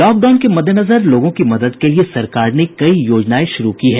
lockdown के मद्देनजर लोगों की मदद के लिए सरकार ने कई योजनाएं शुरू की है